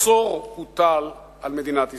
מצור הוטל על מדינת ישראל,